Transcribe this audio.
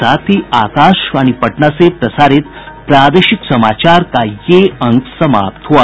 इसके साथ ही आकाशवाणी पटना से प्रसारित प्रादेशिक समाचार का ये अंक समाप्त हुआ